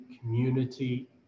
community